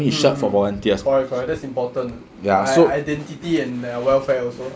mm mm correct correct that's important i~ identity and their welfare also